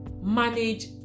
manage